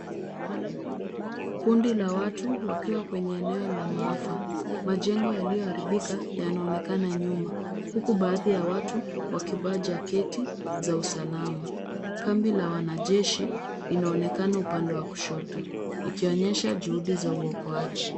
Kundi la watu wakiwa kwenye eneo la maafa. Majengo yaliyoharibika yanaonekana nyuma huku baadhi ya watu wakivaa jaketi za usalama. Kambi la wanajeshi inaonekana upande wa kushoto ikionyesha juhudi za uokoaji.